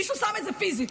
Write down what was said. מישהו שם את זה פיזית.